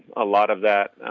a lot of that